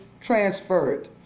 transferred